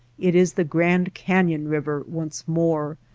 it is the grand canyon river once more,